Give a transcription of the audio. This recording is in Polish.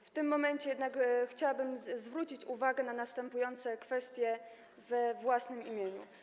W tym momencie jednak chciałabym zwrócić uwagę na następujące kwestie we własnym imieniu.